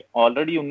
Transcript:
already